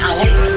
Alex